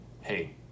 hey